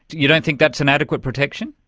you don't think that's an adequate protection?